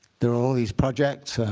there are all these projects.